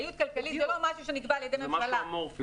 זה משהו אמורפי.